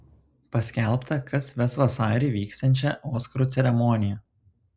paskelbta kas ves vasarį vyksiančią oskarų ceremoniją